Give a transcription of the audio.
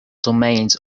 domains